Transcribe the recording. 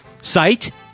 sight